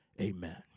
Amen